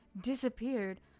disappeared